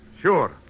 Sure